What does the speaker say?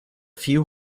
few